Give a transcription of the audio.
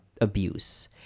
abuse